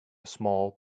small